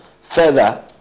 further